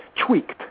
tweaked